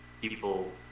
people